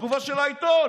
בתגובה של העיתון: